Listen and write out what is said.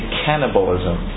cannibalism